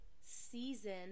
season